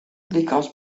lykas